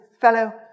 fellow